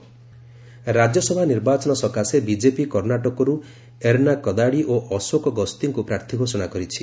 BJP candidate Rajya Sabha ନିର୍ବାଚନ ସକାଶେ BJP କର୍ଣ୍ଣାଟକରୁ ଏରନା କଦାଡ଼ି ଓ ଅଶୋକ ଗସ୍ତିଙ୍କୁ ପ୍ରାର୍ଥୀ ଘୋଷଣା କରିଛି